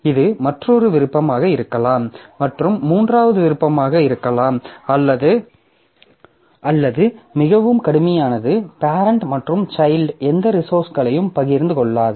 இது மற்றொரு விருப்பமாக இருக்கலாம் மற்றும் மூன்றாவது விருப்பமாக இருக்கலாம் அல்லது மிகவும் கடுமையானது பேரெண்ட் மற்றும் சைல்ட் எந்த ரிசோர்ஸ்களையும் பகிர்ந்து கொள்ளாது